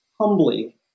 humbly